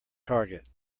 target